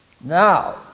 Now